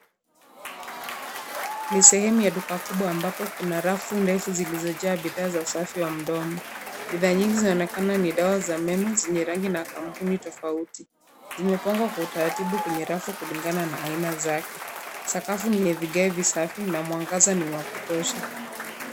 Ni sehemu ya duka kubwa ambapo kuna rafu ndefu zilizojaa bidhaa za usafi wa mdomo, bidhaa nyingi zinaonekana ni dawa za meno zenye rangi na kampuni tofauti, zimeangwa kwa utaratibu kwenye rafu kulingana na aina zake, sakafu ni ya vigae visafi na mwangaza ni wa kutosha.